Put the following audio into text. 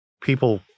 People